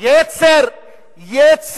תשחק כאילו אתה לא טרוריסט.